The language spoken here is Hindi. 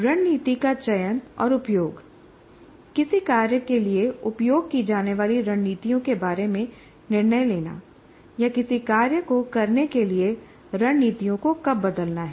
रणनीति का चयन और उपयोग किसी कार्य के लिए उपयोग की जाने वाली रणनीतियों के बारे में निर्णय लेना या किसी कार्य को करने के लिए रणनीतियों को कब बदलना है